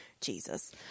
Jesus